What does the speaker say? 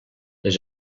les